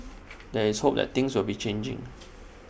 there is hope that things will be changing